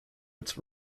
its